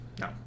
no